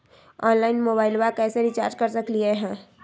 Online मोबाइलबा कैसे recharge कर सकलिए है?